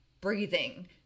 breathing